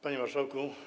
Panie Marszałku!